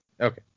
Okay